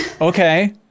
Okay